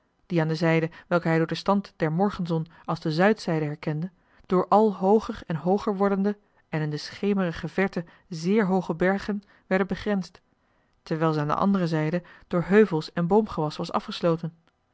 die aan de zijde welke hij door den stand der morgenzon als de zuidzijde herkende door al hooger en hooger wordende en in de schemerige verte zéér hooge bergen werd joh h been paddeltje de scheepsjongen van michiel de ruijter begrensd terwijl ze aan de andere zijden door heuvels en boomgewas was afgesloten